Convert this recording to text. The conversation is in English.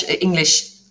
English